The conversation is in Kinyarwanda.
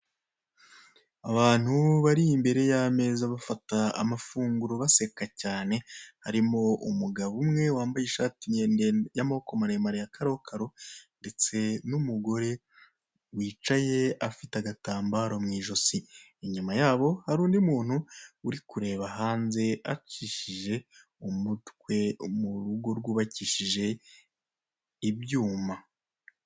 Abantu bari imbere ya meza bafata amafunguro baseka cyane, harimo umugabo umwe wambaye ishati y'amaboko maremare ya karokaro ndetse n'umugore wicaye afite agatambaro mw'ijosi. Inyuma yabo hari undi muntu urikureba hanze acishije umutwe murugo rw'ubakishije ibyuma.